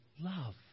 love